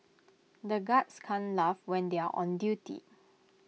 the guards can't laugh when they are on duty